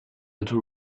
little